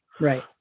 Right